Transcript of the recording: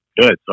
good